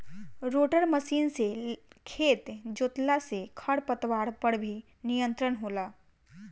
rotor machine से खेत जोतला से खर पतवार पर भी नियंत्रण होला